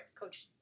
Coach